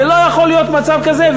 זה לא יכול להיות מצב כזה.